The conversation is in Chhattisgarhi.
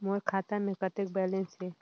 मोर खाता मे कतेक बैलेंस हे?